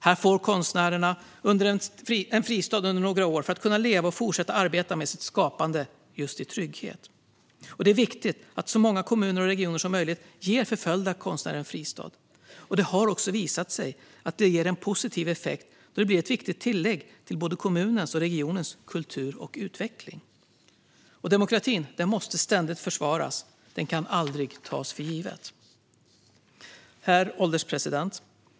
Här får konstnärerna en fristad under några år för att kunna leva och fortsätta arbeta med sitt skapande i trygghet. Det är viktigt att så många kommuner och regioner som möjligt ger förföljda konstnärer en fristad. Det har också visat sig att det ger en positiv effekt, då det blir ett viktigt tillägg till kommunens och regionens kultur och utveckling. Demokratin måste ständigt försvaras. Den kan aldrig tas för given. Herr ålderspresident!